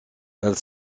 elles